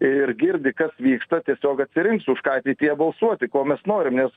ir girdi kas vyksta tiesiog atsirinks už ką ateityje balsuoti ko mes norim nes